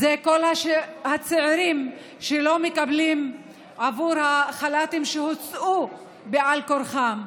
זה כל הצעירים שלא מקבלים עבור החל"ת שהם הוצאו אליו בעל כורחם,